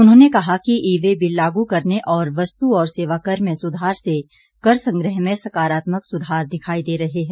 उन्होंने कहा कि ई वे बिल लागू करने और वस्तु और सेवाकर में सुधार से कर संग्रह में सकारात्मक सुधार दिखाई दे रहे हैं